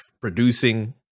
producing